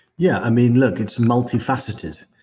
yeah. i mean, look. it's multifaceted.